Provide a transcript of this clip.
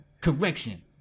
correction